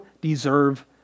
deserve